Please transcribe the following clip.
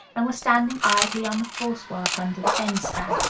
and was standing idly on the false work under the end-span.